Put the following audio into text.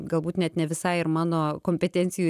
galbūt net ne visai ir mano kompetencijų